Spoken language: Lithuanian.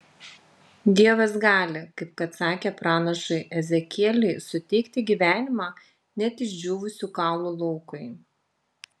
dievas gali kaip kad sakė pranašui ezekieliui suteikti gyvenimą net išdžiūvusių kaulų laukui